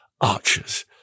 archers